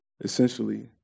essentially